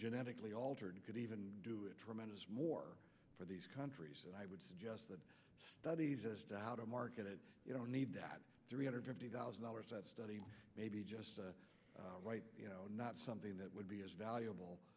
genetically altered could even do a tremendous more for these countries and i would suggest that studies as to how to market it you don't need that three hundred fifty thousand dollars study maybe just you know not something that would be as valuable